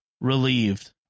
relieved